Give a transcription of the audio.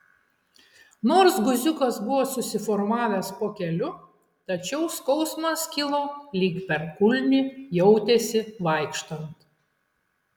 nors guziukas buvo susiformavęs po keliu tačiau skausmas kilo lyg per kulnį jautėsi vaikštant